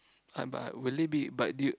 ah but will it be but did you